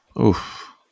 Oof